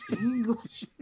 English